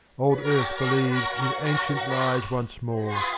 old earth believes his ancient lies once more.